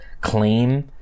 claim